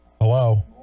Hello